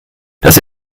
das